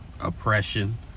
oppression